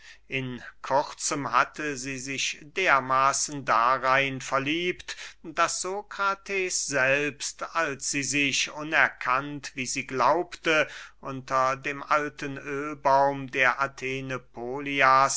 in kurzem hatte sie sich dermaßen darein verliebt daß sokrates selbst als sie sich unerkannt wie sie glaubte unter dem alten öhlbaum der athene polias